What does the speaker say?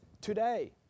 today